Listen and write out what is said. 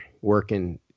working